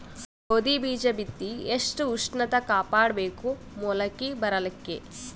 ಗೋಧಿ ಬೀಜ ಬಿತ್ತಿ ಎಷ್ಟ ಉಷ್ಣತ ಕಾಪಾಡ ಬೇಕು ಮೊಲಕಿ ಬರಲಿಕ್ಕೆ?